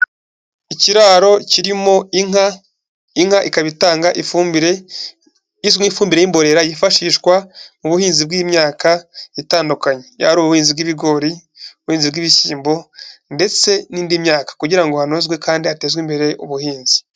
Ikiraro kirimo inka, inka ikaba itanga ifumbire izwi ifumbi nk'imborera yifashishwa mu buhinzi bw'imyaka itandukanye, yaba ari ubuzi bw'ibigori, ubuhinzi bw'ibishyimbo ndetse n'indi myaka kugira ngo hanozwe kandi hatezwe imbere ubuhinzi.